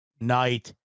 night